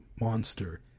monster